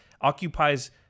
occupies